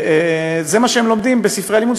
זה מה שהם לומדים בספרי הלימוד,